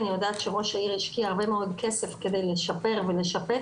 אני יודעת שראש העיר השקיע הרבה מאוד כסף כדי לשפר ולשפץ